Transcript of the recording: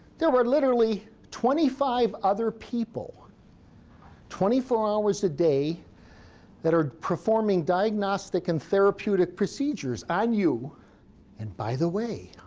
there are literally twenty five other people twenty four hours a day that are performing diagnostic and therapeutic procedures on you and by the way,